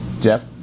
Jeff